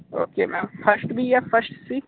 okay ma'am first B या first सी